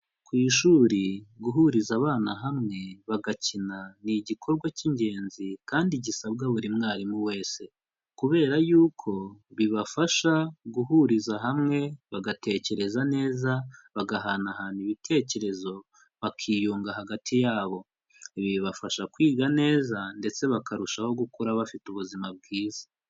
Ku ishuri, guhuriza abana hamwe, bagakina, ni igikorwa k'ingenzi kandi gisabwa buri mwarimu wese kubera yuko, bibafasha guhuriza hamwe bagatekereza neza, bagahanahana ibitekerezo, bakiyunga hagati yabo. Ibi bibafasha kwiga neza ndetse bakarushaho gukura bafite ubuzima bwiza.